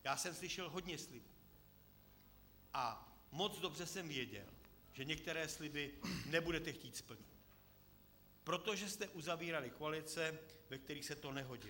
Já jsem slyšel hodně slibů a moc dobře jsem věděl, že některé sliby nebudete chtít splnit, protože jste uzavírali koalice, ve kterých se to nehodilo.